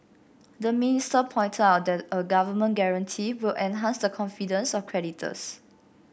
the minister pointed out that a government guarantee will enhance the confidence of creditors